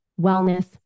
wellness